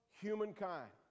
humankind